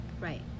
Right